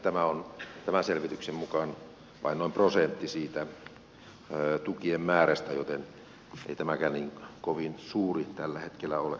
tämä on tämän selvityksen mukaan vain noin prosentti siitä tukien määrästä joten ei tämäkään niin kovin suuri tällä hetkellä ole